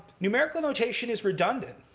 numerical notation is redundant.